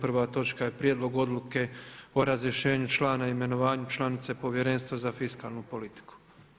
Prva točka je Prijedlog odluke o razrješenju člana i imenovanju članice Povjerenstva za fiskalnu politiku.